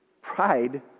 Pride